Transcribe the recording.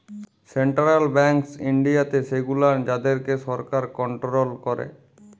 central banks ইনডিয়াতে সেগুলান যাদেরকে সরকার কনটোরোল ক্যারে